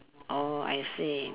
oh I see